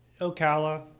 Ocala